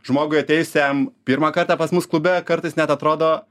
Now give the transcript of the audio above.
žmogui atėjusiam pirmą kartą pas mus klube kartais net atrodo